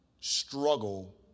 struggle